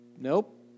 nope